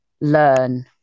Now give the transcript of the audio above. learn